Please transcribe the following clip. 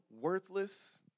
worthless